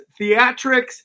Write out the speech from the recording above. theatrics